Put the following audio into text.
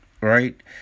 right